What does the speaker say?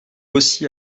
aussi